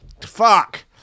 fuck